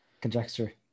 conjecture